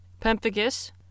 pemphigus